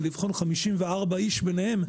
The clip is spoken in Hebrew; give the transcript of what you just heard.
ו-54 איש ביניהם,